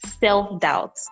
self-doubt